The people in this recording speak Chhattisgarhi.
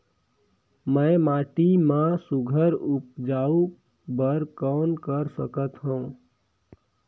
मैं माटी मा सुघ्घर उपजाऊ बर कौन कर सकत हवो?